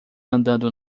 andando